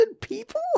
people